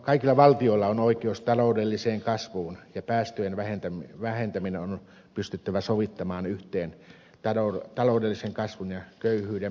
kaikilla valtioilla on oikeus taloudelliseen kasvuun ja päästöjen vähentäminen on pystyttävä sovittamaan yhteen taloudellisen kasvun ja köyhyyden poistamisen kanssa